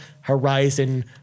Horizon